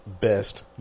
best